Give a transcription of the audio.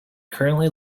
currently